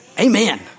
Amen